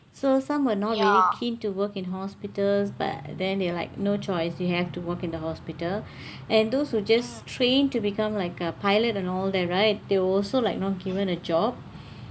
so some were not really keen to work in hospitals but then you are like no choice you have to work in the hospital and those who just train to become like a pilot and all that right they were also like not given a job